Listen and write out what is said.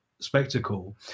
spectacle